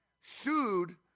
sued